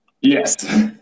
Yes